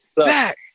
Zach